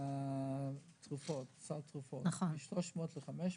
סל התרופות מ-300 ל-500